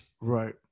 right